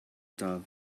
tub